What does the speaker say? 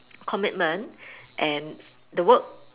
commitment and the work